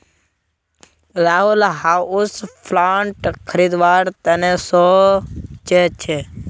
Rahul houseplant खरीदवार त न सो च छ